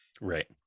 Right